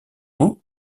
roe